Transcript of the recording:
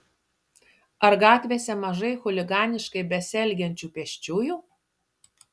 ar gatvėse mažai chuliganiškai besielgiančių pėsčiųjų